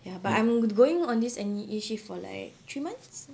ya but I'm going on this N_E_A shift for like three months